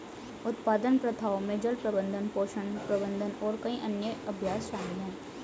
उत्पादन प्रथाओं में जल प्रबंधन, पोषण प्रबंधन और कई अन्य अभ्यास शामिल हैं